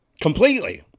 Completely